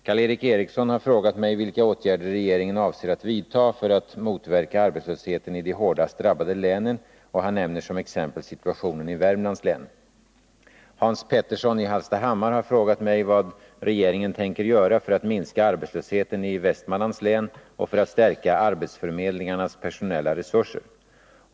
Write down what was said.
Karl Erik Eriksson har frågat mig vilka åtgärder regeringen avser att vidta för att motverka arbetslösheten i de hårdast drabbade länen, och han nämner som exempel situationen i Värmlands län. Hans Petersson i Hallstahammar har frågat mig vad regeringen tänker göra för att minska arbetslösheten i Västmanlands län och för att stärka arbetsförmedlingarnas personella resurser.